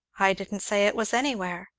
i didn't say it was anywhere.